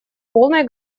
полной